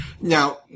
Now